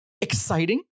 exciting